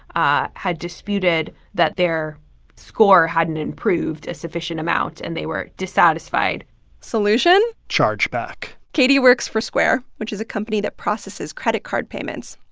ah had disputed that their score hadn't improved a sufficient amount. amount. and they were dissatisfied solution chargeback katie works for square, which is a company that processes credit card payments.